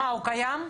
הוא קיים?